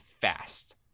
fast